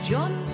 John